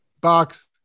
box